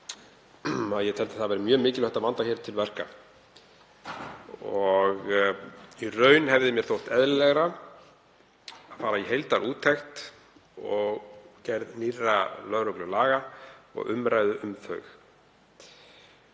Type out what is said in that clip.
teldi mjög mikilvægt að vanda hér til verka. Í raun hefði mér þótt eðlilegra að fara í heildarúttekt og gerð nýrra lögreglulaga og umræðu um þau.